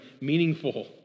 meaningful